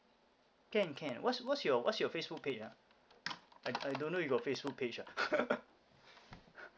can can what's what's your what's your facebook page ah I I don't know you got facebook page ah